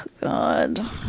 God